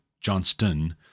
Johnston